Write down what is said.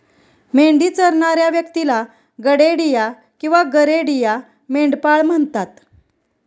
मेंढी चरणाऱ्या व्यक्तीला गडेडिया किंवा गरेडिया, मेंढपाळ म्हणतात